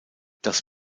das